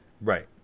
Right